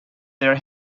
their